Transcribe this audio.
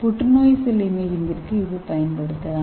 புற்றுநோய் செல் இமேஜிங்கிற்கு இதைப் பயன்படுத்தலாம்